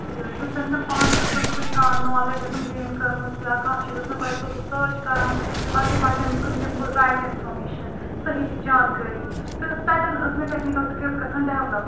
یہِ یُس زَن مےٚ پانہٕ ٲسٕس وٕچھان نالیج ٲسٕم گین کٔرمٕژ یا کانٛہہ چیٖز ٲس نہٕ پَے سُہ ٲسٕس سٲچ کَران تاکہِ بَچَن کُن دِم بہٕ رایِٹ اِنفامیشَن صحیح جانکٲری تہٕ تَتؠن ٲس مےٚ ٹؠکنِکَل سِکِلٕز گَژھان ڈؠولَپ